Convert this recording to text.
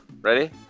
Ready